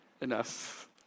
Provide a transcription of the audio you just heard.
enough